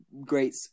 great